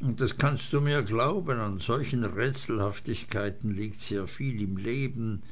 und das kannst du mir glauben an solchen rätselhaftigkeiten liegt sehr viel im leben